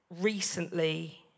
recently